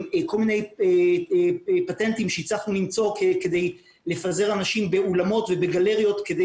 כל מיני פטנטים שהצלחנו למצוא כדי לפזר אנשים באולמות ובגלריות כדי